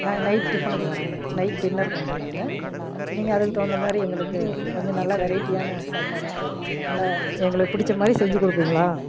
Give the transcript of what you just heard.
நாங்கள் நைட் டிஃபனுக்கு வரோங்க நைட் டின்னருக்கு வந்துடறோங்க நீங்கள் அதுக்கு தகுந்த மாதிரி எங்களுக்கு கொஞ்சம் நல்லா வெரைட்டியான சாப்பாடாக நல்லா எங்களுக்கு பிடிச்ச மாதிரி செஞ்சுக் கொடுப்பீங்களா